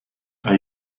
are